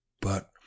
But